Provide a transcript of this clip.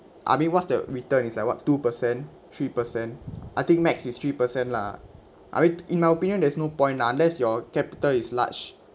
I mean what's the return it's like what two percent three percent I think max is three percent lah I mean in my opinion there's no point lah unless your capital is large